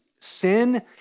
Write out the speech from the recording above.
Sin